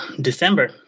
December